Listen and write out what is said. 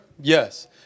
Yes